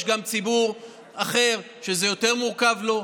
יש גם ציבור אחר שזה יותר מורכב לו,